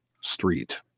street